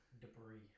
debris